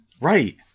Right